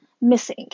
missing